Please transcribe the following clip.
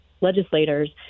legislators